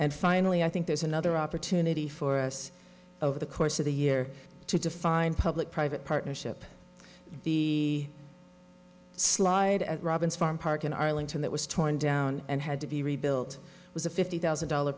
and finally i think there's another opportunity for us over the course of the year to define public private partnership be slide at robins farm park in arlington that was torn down and had to be rebuilt was a fifty thousand dollar